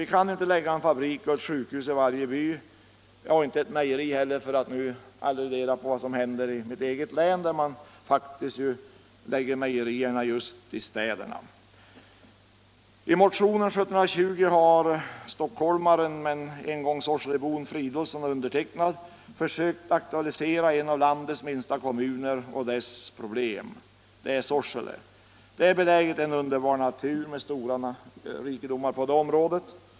Vi kan inte lägga en fabrik och ett sjukhus i varje by — inte ett mejeri heller, för att alludera på vad som händer i mitt eget län där man faktiskt lägger mejerierna just i städerna. I motionen 1720 har stockholmaren men en gång sorselebon herr Fridolfsson och jag försökt aktualisera en av landets minsta kommuner —- Sorsele —- och dess problem. Den är belägen i en underbar natur med stora rikedomar på det området.